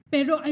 Pero